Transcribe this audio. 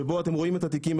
שבו אתם רואים את התיקים,